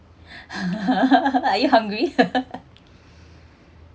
are you hungry